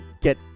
get